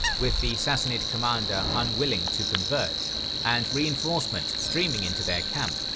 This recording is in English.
with the sassanid commander unwilling to convert and reinforcements streaming into their camp,